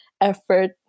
effort